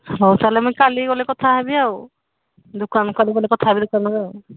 ହଉ ତା'ହେଲେ ମୁଇଁ କାଲି ଗଲେ କଥା ହେବି ଆଉ ଦୋକାନ କାଲି ଗଲେ କଥା ହେବି ଦୋକାନରେ ଆଉ